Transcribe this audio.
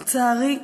לצערי,